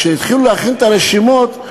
כשהתחילו להכין את הרשימות,